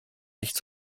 nicht